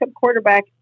quarterback